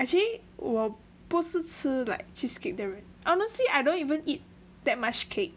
actually 我不是吃 like cheesecake 的人 honestly I don't even eat that much cake